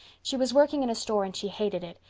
she was working in a store and she hated it.